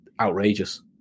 outrageous